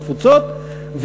בתפוצות,